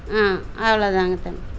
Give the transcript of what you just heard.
ஆ அவ்வளோ தாங்க தம்பி